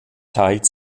teilt